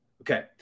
Okay